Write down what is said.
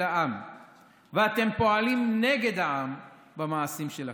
העם ואתם פועלים נגד העם במעשים שלכם.